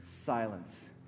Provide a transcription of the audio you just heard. Silence